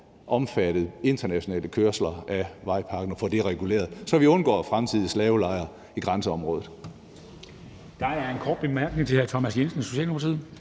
omfattet internationale kørsler af vejpakken, altså får det reguleret, så vi undgår fremtidige slavelejre i grænseområdet.